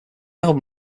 album